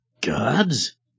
gods